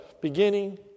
beginning